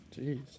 Jeez